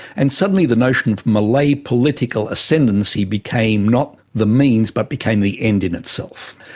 and suddenly the notion of malay political ascendancy became not the means but became the end in itself.